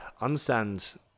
understand